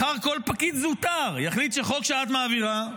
מחר כל פקיד זוטר יחליט שחוק שאת מעבירה,